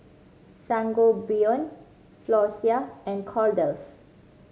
Sangobion Floxia and Kordel's